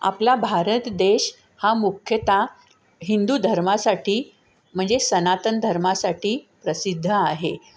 आपला भारत देश हा मुख्यतः हिंदू धर्मासाठी म्हणजे सनातन धर्मासाठी प्रसिद्ध आहे